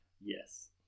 Yes